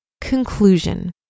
Conclusion